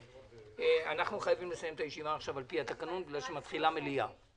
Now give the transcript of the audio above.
לסיים את הישיבה, כי מתחילה מליאה.